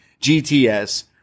GTS